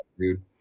dude